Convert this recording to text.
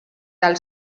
del